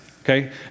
okay